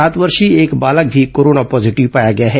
सात वर्षीय एक बालक भी कोरोना पॉजीटिव पाया गया है